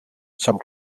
some